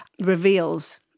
reveals